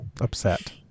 Upset